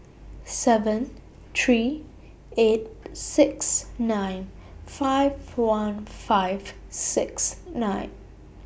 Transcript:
seven three eight six nine five one five six nine